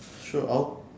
show out